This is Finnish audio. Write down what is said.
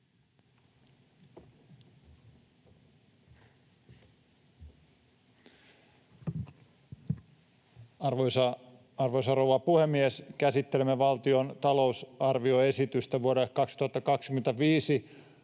Arvoisa rouva puhemies! Käsittelemme valtion talousarvioesitystä vuodelle 2025.